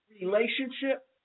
relationship